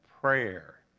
prayer